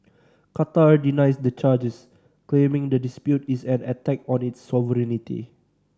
Qatar denies the charges claiming the dispute is an attack on its sovereignty